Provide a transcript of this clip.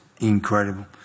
incredible